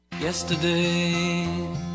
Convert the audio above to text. Yesterday